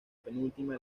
penúltima